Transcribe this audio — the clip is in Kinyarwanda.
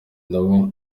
nabo